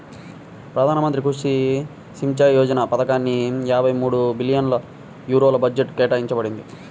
ప్రధాన మంత్రి కృషి సించాయ్ యోజన పథకానిక యాభై మూడు బిలియన్ యూరోల బడ్జెట్ కేటాయించబడింది